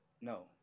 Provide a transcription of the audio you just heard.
No